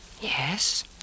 Yes